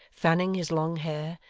fanning his long hair,